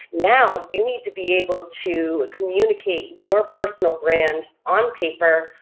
now you need to be able to communicate your personal brand on paper,